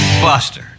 Buster